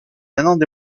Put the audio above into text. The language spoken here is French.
maintenant